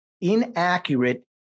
inaccurate